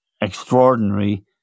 extraordinary